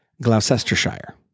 Gloucestershire